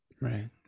Right